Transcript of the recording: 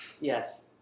Yes